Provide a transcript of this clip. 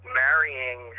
marrying